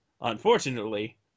Unfortunately